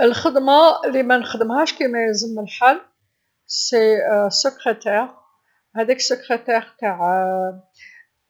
الخدمه لمنخدمهاش كيما يلزم الحال هي سكريتيرا، هاذيك سكريتير تع